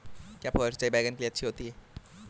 क्या फुहारी सिंचाई बैगन के लिए अच्छी होती है?